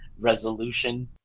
resolution